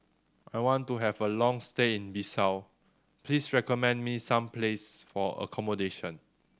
I want to have a long stay in Bissau please recommend me some places for accommodation